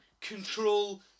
control